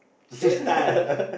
Satan